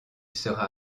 sera